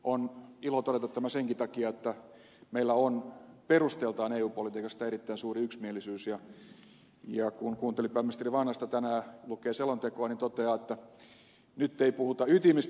on ilo todeta tämä senkin takia että meillä on perusteiltaan eu politiikasta erittäin suuri yksimielisyys ja kun kuunteli pääministeri vanhasta tänään lukee selontekoa niin toteaa että nyt ei puhuta ytimistä